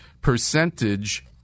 percentage